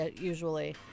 usually